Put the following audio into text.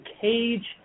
cage